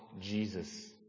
Jesus